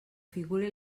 figure